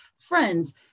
friends